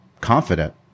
confident